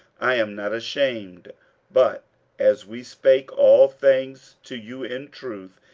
i am not ashamed but as we spake all things to you in truth,